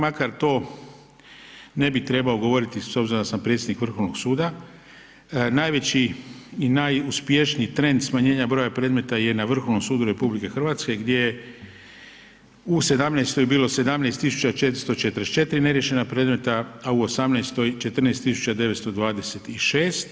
Makar to ne bih trebao govoriti s obzirom da sam predsjednik Vrhovnog suda, najveći i najuspješniji trend smanjenja broja predmeta je na Vrhovnom sudu RH gdje u '17. je bilo 17.444 neriješena predmeta, a u '18. 14.926.